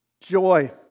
Joy